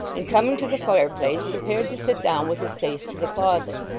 and coming to the fireplace, prepared to sit down with his face to the closet.